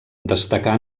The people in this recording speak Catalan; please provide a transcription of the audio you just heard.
destacà